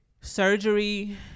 surgery